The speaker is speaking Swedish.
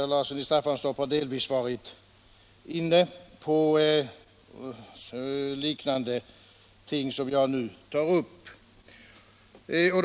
Herr Larsson i Staffanstorp har delvis varit inne på de ting som jag nu kommer att ta upp.